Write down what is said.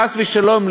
חס ושלום,